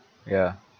ya